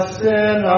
sin